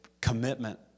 commitment